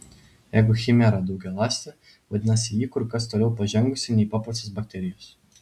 jeigu chimera daugialąstė vadinasi ji kur kas toliau pažengusi nei paprastos bakterijos